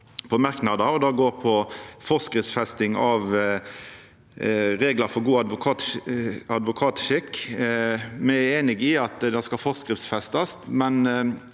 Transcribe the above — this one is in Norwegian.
Det gjeld forskriftsfesting av reglar for god advokatskikk. Me er einige i at det skal forskriftsfestast,